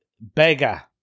beggar